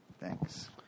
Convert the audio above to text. Thanks